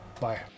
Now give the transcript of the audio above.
bye